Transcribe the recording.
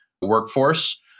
workforce